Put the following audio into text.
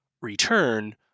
return